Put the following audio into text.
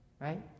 right